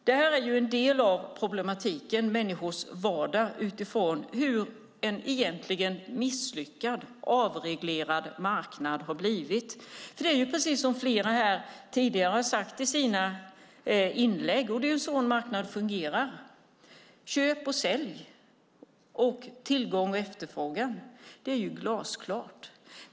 Människor har problem i sin vardag på grund av en egentligen misslyckad avreglering av elmarknaden. Det är precis som flera har sagt tidigare i sina inlägg: Det är så en marknad fungerar. Köp och sälj, tillgång och efterfrågan - det är glasklart.